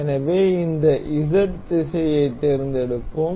எனவே இந்த Z திசையைத் தேர்ந்தெடுப்போம்